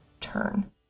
turn